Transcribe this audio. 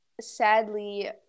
sadly